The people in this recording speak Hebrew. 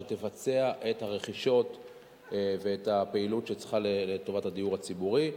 שתבצע את הרכישות ואת הפעילות לטובת הדיור הציבורי.